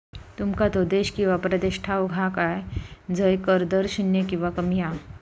तुमका तो देश किंवा प्रदेश ठाऊक हा काय झय कर दर शून्य किंवा कमी हा?